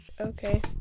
Okay